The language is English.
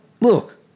look